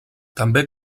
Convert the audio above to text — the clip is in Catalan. també